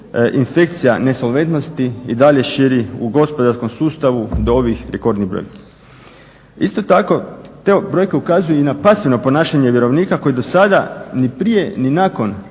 infekcija nesolventnosti i dalje širi u gospodarskom sustavu do ovih rekordnih brojki. Isto tako ta brojka ukazuje i na pasivna ponašanja vjerovnika koji do sada ni prije ni nakon